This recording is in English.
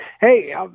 hey